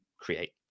create